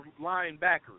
linebackers